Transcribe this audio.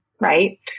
right